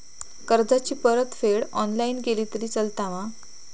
कर्जाची परतफेड ऑनलाइन केली तरी चलता मा?